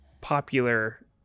popular